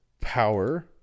power